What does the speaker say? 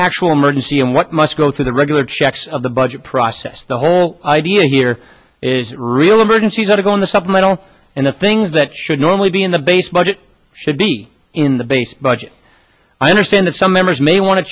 actual emergency and what must go through the regular checks of the budget process the whole idea here is real emergencies article in the supplemental and the things that should normally be in the base budget should be in the base budget i understand that some members may want to